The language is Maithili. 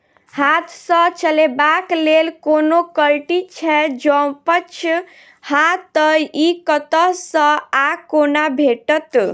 हाथ सऽ चलेबाक लेल कोनों कल्टी छै, जौंपच हाँ तऽ, इ कतह सऽ आ कोना भेटत?